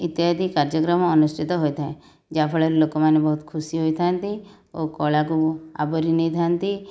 ଇତ୍ୟାଦି କାର୍ଯ୍ୟକ୍ରମ ଅନୁଷ୍ଠିତ ହୋଇଥାଏ ଯାହାଫଳରେ ଲୋକମାନେ ବହୁତ ଖୁସି ହୋଇଥାନ୍ତି ଓ କଳାକୁ ଆବୋରି ନେଇଥାନ୍ତି